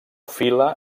fila